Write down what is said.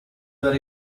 were